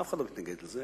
אף אחד לא מתנגד לזה,